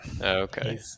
Okay